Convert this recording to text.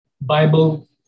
Bible